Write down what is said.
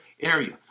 area